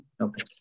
Okay